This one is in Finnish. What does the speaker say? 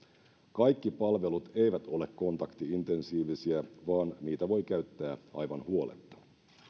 kaikki palvelut eivät ole kontakti intensiivisiä vaan niitä voi käyttää aivan huoletta